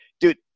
dude